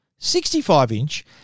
65-inch